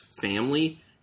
family